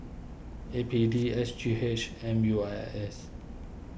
A P D S G H M U I S